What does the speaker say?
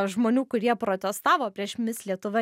žmonių kurie protestavo prieš mis lietuva